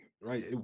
right